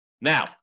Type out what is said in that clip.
Now